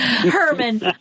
Herman